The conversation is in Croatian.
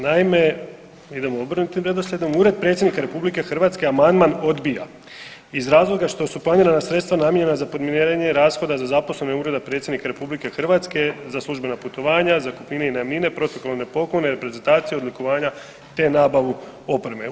Naime, idemo obrnutim redoslijedom Ured predsjednika RH amandman odbija iz razloga što su planirana sredstva namijenjena za podmirenje rashoda za zaposlene Ureda predsjednika RH, za službena putovanja, zakupnine i najamnine, protokolarne poklone, reprezentaciju, odlikovanja te nabavu opreme.